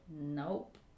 Nope